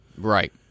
Right